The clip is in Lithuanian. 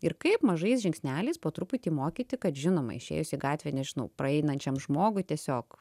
ir kaip mažais žingsneliais po truputį mokyti kad žinoma išėjus į gatvę nežinau praeinančiam žmogui tiesiog